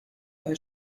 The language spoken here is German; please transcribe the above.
bei